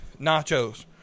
nachos